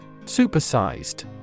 Supersized